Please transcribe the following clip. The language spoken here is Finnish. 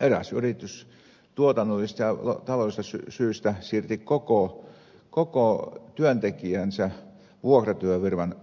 eräs yritys tuotannollisista ja taloudellisista syistä siirsi kaikki työntekijänsä vuokratyöfirman